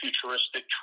futuristic